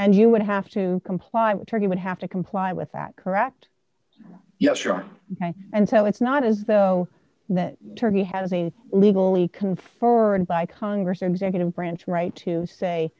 and you would have to comply with turkey would have to comply with that correct yes you're right and so it's not as though that turkey has a legally conferred by congress or executive branch right to say